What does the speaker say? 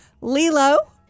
Lilo